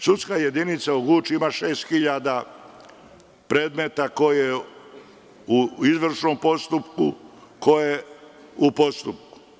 Sudska jedinica u Guči ima 6000 predmeta koji su u izvršnom postupku i u postupku.